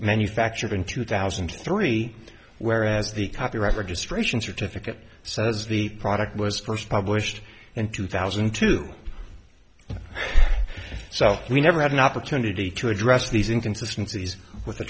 manufactured in two thousand and three whereas the copyright registration certificate says the product was first published in two thousand and two so we never had an opportunity to address